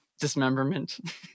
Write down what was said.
dismemberment